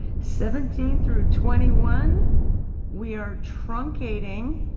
seventeen through twenty one we are truncating